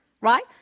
right